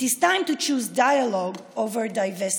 הגיע הזמן להעדיף דיאלוג על חרם.